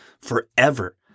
forever